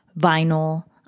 vinyl